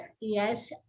yes